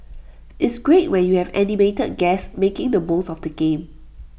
it's great when you have animated guests making the most of the game